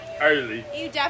early